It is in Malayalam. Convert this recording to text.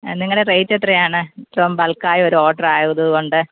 നിങ്ങളുടെ റേറ്റ് എത്രയാണ് ഏറ്റവും ബൽക്കായ ഓർഡർ ആയതുകൊണ്ട്